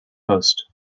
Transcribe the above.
post